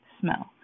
smell